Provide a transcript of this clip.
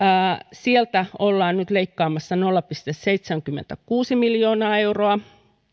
sieltä ollaan nyt leikkaamassa nolla pilkku seitsemänkymmentäkuusi miljoonaa euroa